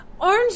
orange